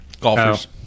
golfers